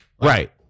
Right